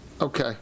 Okay